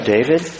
David